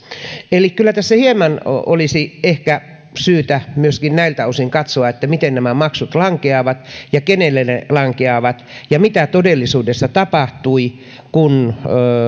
eli kyllä tässä hieman olisi ehkä syytä myöskin näiltä osin katsoa miten nämä maksut lankeavat ja kenelle ne lankeavat ja mitä todellisuudessa tapahtui